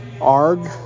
Arg